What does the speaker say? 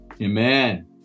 Amen